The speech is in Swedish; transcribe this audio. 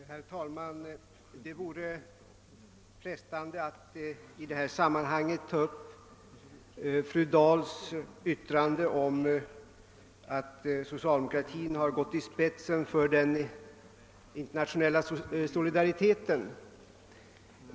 Herr talman! Det vore frestande att i detta sammanhang ta upp fru Dahls yttrande om att socialdemokratin har gått i spetsen för den internationella solidariteten.